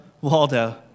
Waldo